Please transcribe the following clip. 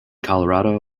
colorado